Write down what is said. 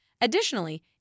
Additionally